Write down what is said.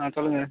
ஆ சொல்லுங்கள்